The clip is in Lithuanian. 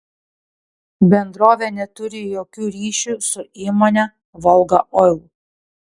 bendrovė neturi jokių ryšių su įmone volga oil